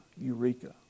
Eureka